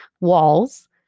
walls